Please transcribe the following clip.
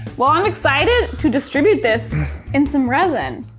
well i'm excited to distribute this in some resin.